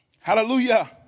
Hallelujah